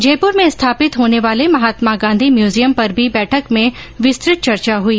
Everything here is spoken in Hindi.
जयपुर में स्थापित होने वाले महात्मा गांधी म्यूजियम पर भी बैठक में विस्तृत चर्चा हुई